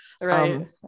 Right